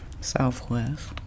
Southwest